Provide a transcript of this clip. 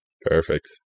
Perfect